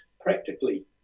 practically